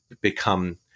become